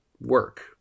Work